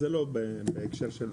זה לא בהקשר של עזה.